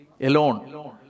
alone